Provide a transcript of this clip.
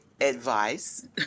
advice